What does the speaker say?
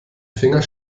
finger